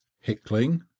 hickling